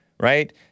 Right